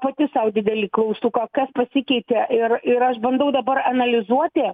pati sau didelį klaustuką kas pasikeitė ir ir aš bandau dabar analizuoti